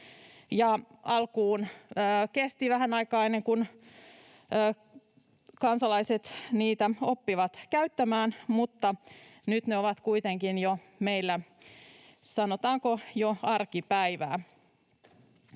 alkuun kesti vähän aikaa ennen kuin kansalaiset niitä oppivat käyttämään, mutta nyt ne ovat kuitenkin meillä,